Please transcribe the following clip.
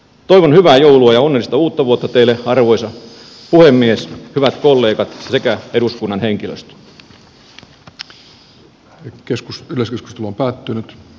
toivon hyvää joulua ja onnellista uutta vuotta teille arvoisa puhemies hyvät kollegat sekä eduskunnan henkilöstö